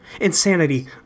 Insanity